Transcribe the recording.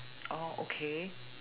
oh okay